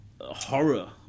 horror